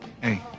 hey